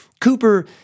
Cooper